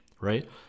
right